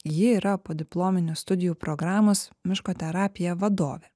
ji yra podiplominių studijų programos miško terapija vadovė